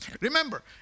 Remember